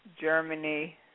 Germany